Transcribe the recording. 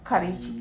curry